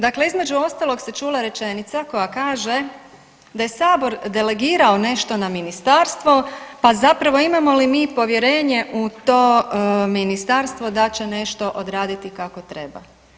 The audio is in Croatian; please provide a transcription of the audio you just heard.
Dakle, između ostalog se čula rečenica koja kaže, da je Sabor delegirao nešto na Ministarstvo pa zapravo imamo li mi povjerenje u to Ministarstvo da će nešto odraditi kako treba.